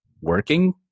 working